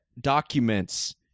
documents